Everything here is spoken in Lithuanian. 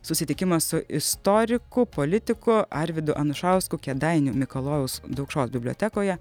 susitikimas su istoriku politiku arvydu anušausku kėdainių mikalojaus daukšos bibliotekoje